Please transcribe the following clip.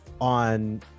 on